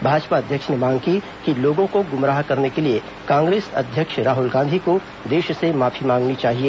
भाजपा अध्यक्ष ने मांग की कि लोगों को गुमराह करने के लिए कांग्रेस अध्यक्ष राहल गांधी को देश से माफी मांगनी चाहिए